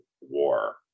war